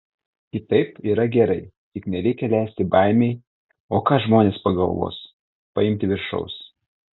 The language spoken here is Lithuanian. kitaip yra gerai tik nereikia leisti baimei o ką žmonės pagalvos paimti viršaus